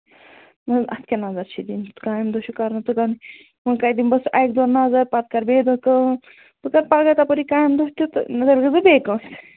نہَ حظ اَتھ کیٛاہ نَظَر چھِ دِنۍ کامہِ دۄہ چھُ کَرُن تہٕ کَرُن وۅنۍ کَتہِ دِمس اَکہٕ دۄہ نظر پَتہٕ کَرٕ بیٚیہِ دۄہ کٲم بہٕ کَرٕ پَگاہ تَپٲرِی کامہِ دۄہ تہِ تہٕ نَتہٕ گَژھٕ بہٕ بیٚیہِ کٲنٛسہِ